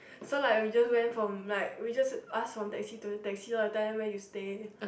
so like we just went from like we just ask from taxi to taxi lor and tell them where you stay